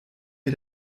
mir